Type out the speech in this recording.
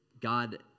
God